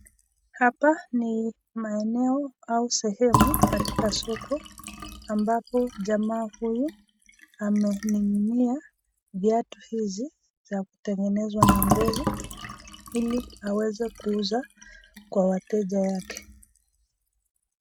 Hapa ni maeneo au sehemu katika soko ambapo jamaa huyu amemininia viatu hizi za kutengenezwa na ngozi hili aweze kuuza kwa wateja yake.